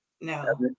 No